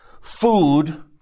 food